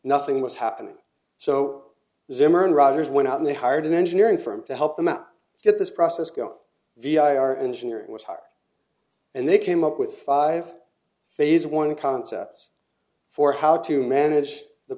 nothing was happening so zimmer and rogers went out and they hired an engineering firm to help them out get this process go vi our engineering was hired and they came up with five phase one concepts for how to manage the